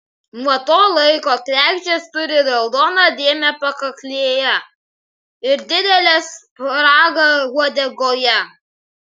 nuo to laiko kregždės turi raudoną dėmę pakaklėje ir didelę spragą uodegoje